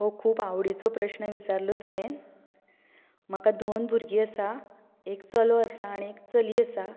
हो खूब आवडीचो प्रश्न विचारलो तुंवें म्हाका दोन भुरगीं आसात एक चलो आसा आनी एक चली आसा